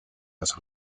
las